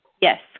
Yes